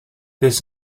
this